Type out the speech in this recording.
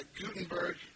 Gutenberg